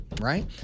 right